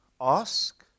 ask